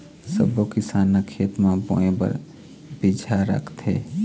सब्बो किसान ह खेत म बोए बर बिजहा राखथे